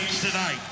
tonight